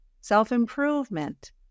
Self-improvement